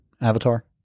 Avatar